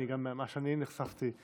גם ממה שאני נחשפתי,